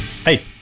Hey